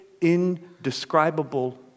indescribable